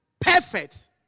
perfect